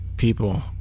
People